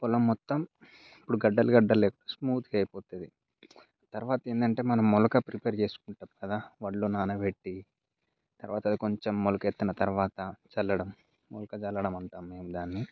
పొలం మొత్తం ఇప్పుడు గడ్డలు గడ్డలు లేక స్మూత్గా అయిపోతుంది తర్వాత ఏందంటే మనం మొలక ప్రిపేర్ చేసుకుంటాం కదా వడ్లు నానపెట్టి తరవాత కొంచెం మొలకెత్తిన తరువాత చల్లడం మొలక చల్లడం అంటాం మేము దాన్ని